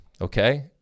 okay